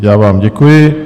Já vám děkuji.